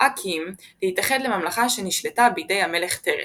תראקיים להתאחד לממלכה שנשלטה בידי המלך תרס,